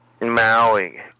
Maui